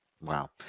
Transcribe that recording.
Wow